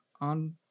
on